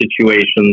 situations